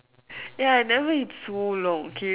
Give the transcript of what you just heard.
ya I never eat so long okay